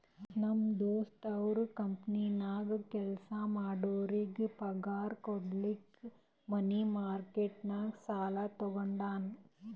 ನಮ್ ದೋಸ್ತ ಅವ್ರ ಕಂಪನಿನಾಗ್ ಕೆಲ್ಸಾ ಮಾಡೋರಿಗ್ ಪಗಾರ್ ಕುಡ್ಲಕ್ ಮನಿ ಮಾರ್ಕೆಟ್ ನಾಗ್ ಸಾಲಾ ತಗೊಂಡಾನ್